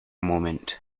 moment